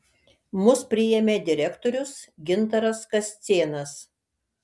mus priėmė direktorius gintaras kascėnas